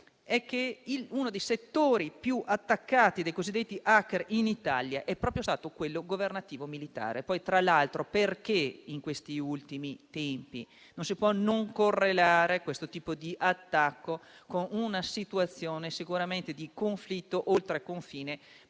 che uno dei settori più attaccati dai cosiddetti *hacker* in Italia è stato proprio quello governativo-militare. Tra l'altro, negli ultimi tempi, non si può non correlare questo tipo di attacco con una situazione di conflitto oltreconfine.